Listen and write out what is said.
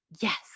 yes